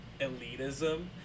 elitism